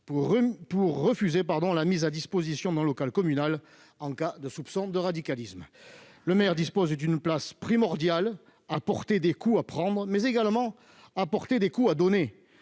pour refuser la mise à disposition d'un local communal en cas de soupçons de radicalisme. Le maire dispose d'une place primordiale, à portée des coups à prendre, mais également à portée des coups à donner.